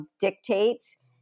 dictates